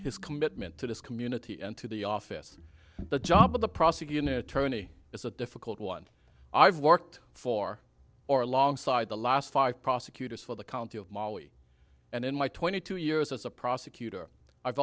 his commitment to this community and to the office the job of the prosecuting attorney is a difficult one i've worked for or alongside the last five prosecutors for the county of molly and in my twenty two years as a prosecutor i've